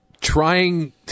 trying –